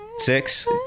Six